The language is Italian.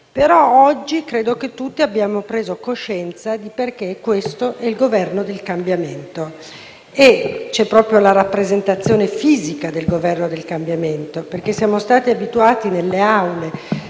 ma oggi credo che tutti abbiamo preso coscienza del perché questo è il Governo del cambiamento. C’è proprio la rappresentazione fisica del Governo del cambiamento, perché ci eravamo abituati in Aula,